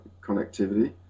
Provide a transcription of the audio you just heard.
connectivity